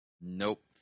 Nope